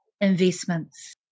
investments